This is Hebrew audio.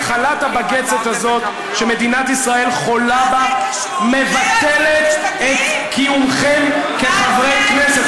מחלת הבגצת הזאת שמדינת ישראל חולה בה מבטלת את קיומכם כחברי כנסת.